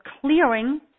clearing